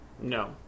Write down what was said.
No